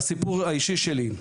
לסיפור האישי שלי,